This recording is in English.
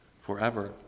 forever